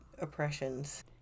oppressions